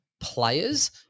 players